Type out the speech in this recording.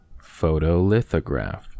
photolithograph